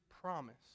promise